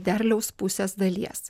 derliaus pusės dalies